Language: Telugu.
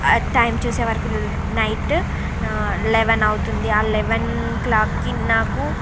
టైం చూసే వరకు నైట్ లెవెన్ అవుతుంది ఆ లెవెన్ క్లాక్కి నాకు